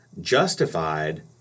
Justified